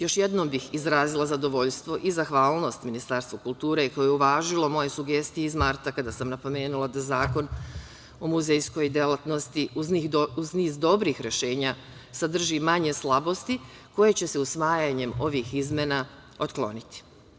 Još jednom bih izrazila zadovoljstvo i zahvalnost Ministarstvu kulture, koje je uvažilo moje sugestije iz marta, kada sam napomenula da Zakon o muzejskoj delatnosti, uz niz dobrih rešenja, sadrži i manje slabosti koje će se usvajanjem ovih izmena otkloniti.